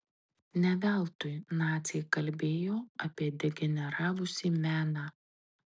ne veltui naciai kalbėjo apie degeneravusį meną